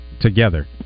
together